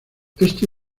este